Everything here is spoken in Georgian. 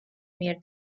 მიერ